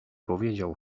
powiedział